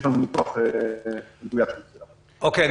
אוקי.